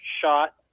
shot